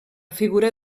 figura